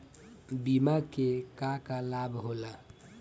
बिमा के का का लाभ होला?